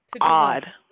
odd